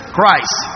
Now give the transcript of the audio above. Christ